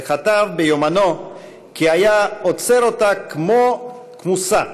וכתב ביומנו כי היה אוצֵר אותה כמו כמוסה,